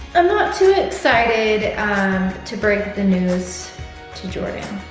i'm not too excited to break the news to jordan,